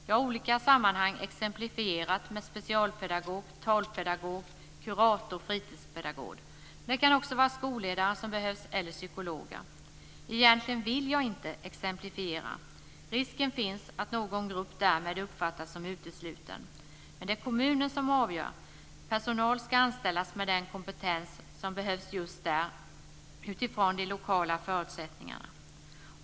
Jag har i olika sammanhang exemplifierat med specialpedagog, talpedagog, kurator och fritidspedagog. Det kan också vara skolledare eller psykologer som behövs. Egentligen vill jag inte exemplifiera. Risken finns att någon grupp därmed uppfattas som utesluten. Men det är kommunen som avgör. Personal ska anställas med den kompetens som behövs just utifrån de lokala förutsättningarna.